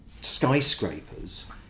skyscrapers